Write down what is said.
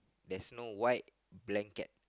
there's no white blanket